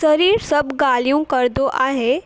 सरीरु सभु ॻाल्हियूं कंदो आहे